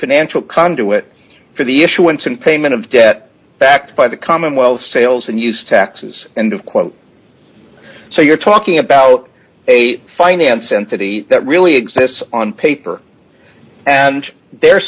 financial conduit for the issuance and payment of debt backed by the commonwealth sales and use taxes end of quote so you're talking about a finance entity that really exists on paper and they're